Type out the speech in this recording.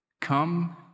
Come